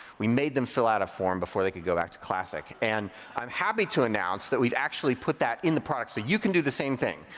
we made them fill out a form before they could go back to classic. and i'm happy to announce that we've actually put that in the product. so you can do the same thing.